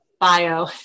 bio